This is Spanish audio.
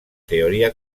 teoría